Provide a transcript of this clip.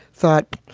thought,